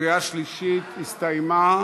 קריאה שלישית הסתיימה.